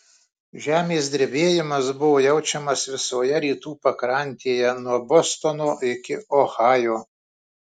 žemės drebėjimas buvo jaučiamas visoje rytų pakrantėje nuo bostono iki ohajo